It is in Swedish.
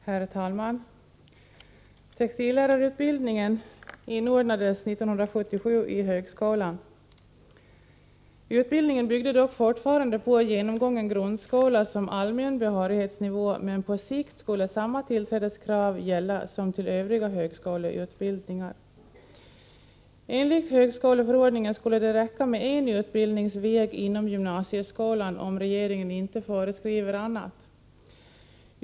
Herr talman! Textillärarutbildningen inordnades 1977 i högskolan. Utbildningen byggde dock fortfarande på genomgången grundskola som allmän behörighetsnivå, men på sikt skulle samma tillträdeskrav gälla som till övriga högskoleutbildningar. Enligt högskoleförordningen skulle det räcka med en utbildningsväg inom gymnasieskolan om regeringen inte föreskriver annat.